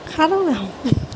খাৰো নাখাওঁ